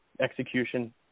execution